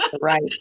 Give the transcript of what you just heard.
Right